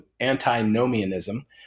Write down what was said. antinomianism